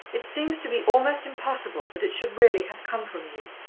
it seems to be almost impossible that it should really have come from you.